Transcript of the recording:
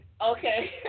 okay